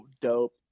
dope